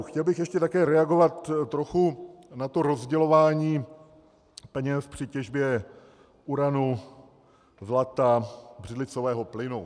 Chtěl bych také reagovat trochu na rozdělování peněz při těžbě uranu, zlata, břidlicového plynu.